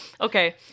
Okay